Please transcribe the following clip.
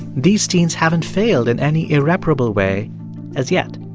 these teens haven't failed in any irreparable way as yet.